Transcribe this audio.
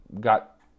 got